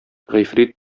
гыйфрит